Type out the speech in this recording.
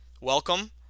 welcome